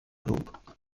lob